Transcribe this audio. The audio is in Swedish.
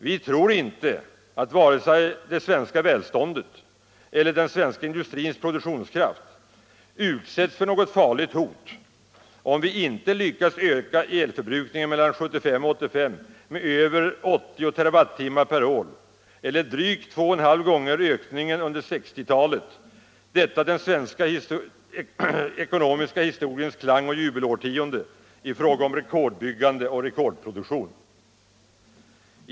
Vi tror inte att vare sig det svenska välståndet eller den svenska industrins produktionskraft utsätts för något farligt hot, om vi inte lyckas öka elförbrukningen mellan 1975 och 1985 med över 80 terawattimmar per år eller drygt 2,5 gånger ökningen under 1960-talet, detta den svenska ekonomiska historiens klangoch jubelårtionde i fråga om rekordbyggande och rekordproduktion.